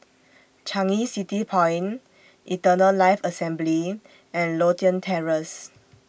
Changi City Point Eternal Life Assembly and Lothian Terrace